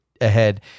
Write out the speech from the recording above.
ahead